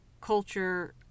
culture